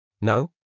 No